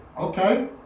Okay